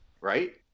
right